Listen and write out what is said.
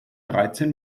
dreizehn